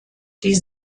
die